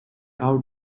out